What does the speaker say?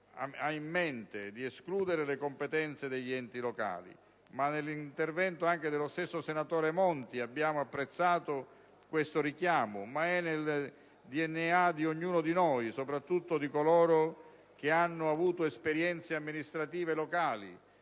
ha in mente di escludere le competenze degli enti locali; anche nell'intervento del senatore Monti abbiamo apprezzato questo richiamo: è nel DNA di ognuno di noi, soprattutto di coloro che hanno avuto esperienze amministrative locali,